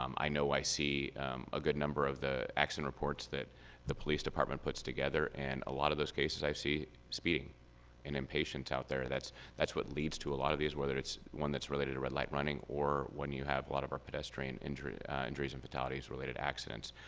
um i know i see a good number of the accident reports that the police department puts together and a lot of those cases i see speeding and impatience out there, that's that's what leads to a lot of these, whether it's one that's related to red light running or when you have a lot of our pedestrian injuries injuries and fatalities related to accidents.